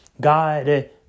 God